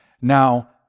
Now